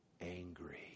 angry